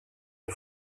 est